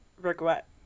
regret